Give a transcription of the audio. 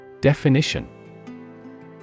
Definition